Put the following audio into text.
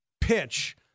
pitch